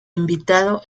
invitado